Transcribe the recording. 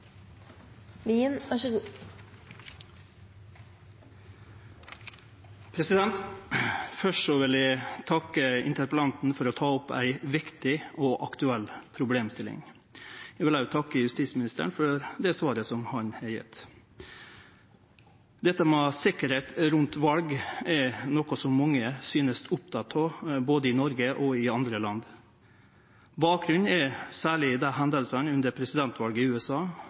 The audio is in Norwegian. Først vil eg takke interpellanten for å ta opp ei viktig og aktuell problemstilling. Eg vil òg takke justisministeren for det svaret han har gjeve. Dette med å ha sikkerheit rundt val er noko som mange synest å vere opptekne av både i Noreg og i andre land. Bakgrunnen er særleg dei hendingane under presidentvalet i USA